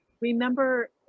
Remember